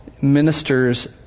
ministers